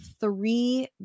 three